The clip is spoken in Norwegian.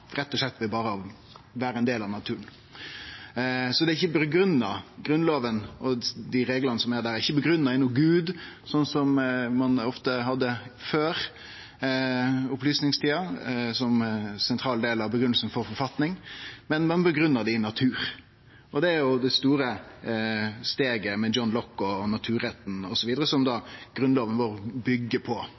rett og slett ved berre å vere ein del av naturen. Grunnlova er ikkje grunngitt i nokon Gud, som ein før opplysningstida ofte hadde som ein sentral del av grunngivinga for forfatningar, men ein grunngav dei i natur. Det er det store steget med John Locke og naturretten osv., som Grunnlova vår byggjer på.